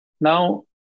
Now